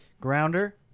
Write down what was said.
grounder